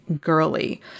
girly